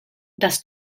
das